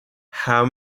how